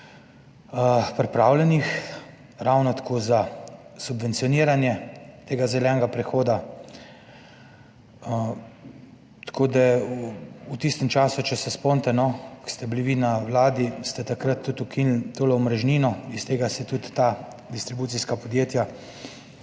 pripravljenih, ravno tako za subvencioniranje zelenega prehoda. V tistem času, če se spomnite, ko ste bili vi na vladi, ste takrat tudi ukinili omrežnino, ta distribucijska podjetja